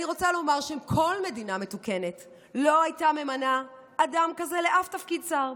אני רוצה לומר שכל מדינה מתוקנת לא הייתה ממנה אדם כזה לאף תפקיד שר,